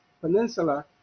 Peninsula